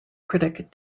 critic